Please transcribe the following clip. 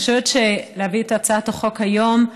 אני חושבת שלהביא את הצעת החוק היום,